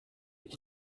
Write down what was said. ich